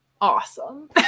awesome